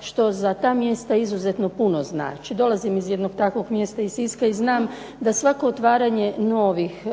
što za ta mjesta izuzetno puno znači. Dolazim iz jednog takvog mjesta, iz Siska, i znam da svako otvaranje novih,